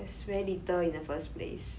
it's very little in the first place